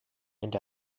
and